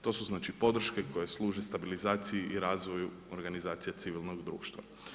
To su znači podrške koje služe stabilizaciji i razvoju organizacije civilnog društva.